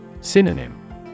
Synonym